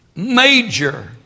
major